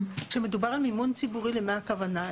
כשמדובר על מימון ציבורי, למה הכוונה?